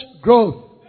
growth